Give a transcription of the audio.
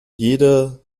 jeder